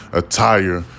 attire